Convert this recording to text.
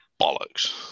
bollocks